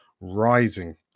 Rising